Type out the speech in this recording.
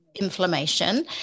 inflammation